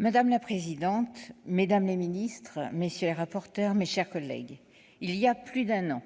Madame la présidente, mesdames les ministres, mes chers collègues, voilà plus d'un an,